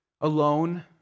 alone